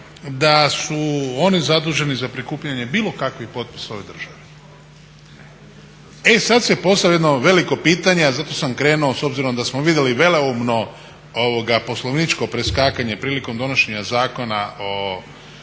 da su oni zaduženi za prikupljanje bilo kakvih potpisa u ovoj državi? E sad se postavlja jedno veliko pitanje, a zato sam krenuo s obzirom da smo vidjeli veleumno poslovničko preskakanje prilikom donošenja Zakona o